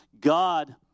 God